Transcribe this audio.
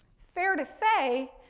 fair to say,